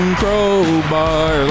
crowbar